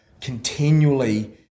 continually